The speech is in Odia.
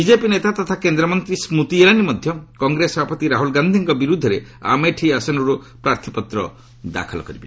ବିଜେପି ନେତା ତଥା କେନ୍ଦ୍ରମନ୍ତୀ ସ୍କୃତି ଇରାନୀ ମଧ୍ୟ କଂଗ୍ରେସ ସଭାପତି ରାହୁଲ୍ ଗାନ୍ଧୀଙ୍କ ବିରୁଦ୍ଧରେ ଆମେଠି ଆସନରୁ ପ୍ରାର୍ଥୀପତ୍ର ଦାଖଲ କରିବେ